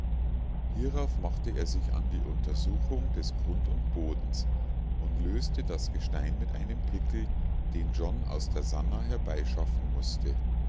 hierauf machte er sich an die untersuchung des grund und bodens und löste das gestein mit einem pickel den john aus der sannah herbeischaffen mußte